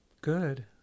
good